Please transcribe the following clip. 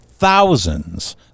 Thousands